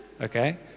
okay